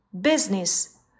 business